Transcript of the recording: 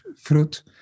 fruit